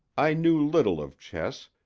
i knew little of chess,